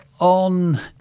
On